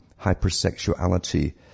hypersexuality